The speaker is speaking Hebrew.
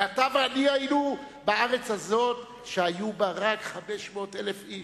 ואתה ואני היינו בארץ הזאת כשהיו בה רק 500,000 איש.